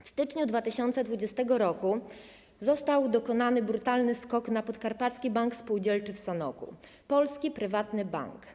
W styczniu 2020 r. został dokonany brutalny skok na Podkarpacki Bank Spółdzielczy w Sanoku, polski prywatny bank.